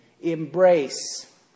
embrace